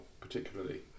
particularly